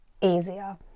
easier